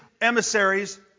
emissaries